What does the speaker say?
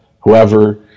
whoever